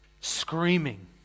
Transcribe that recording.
screaming